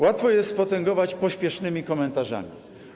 Łatwo jest spotęgować pospiesznymi komentarzami.